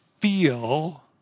feel